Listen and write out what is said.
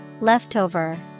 Leftover